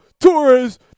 Torres